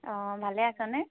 অঁ ভালে আছনে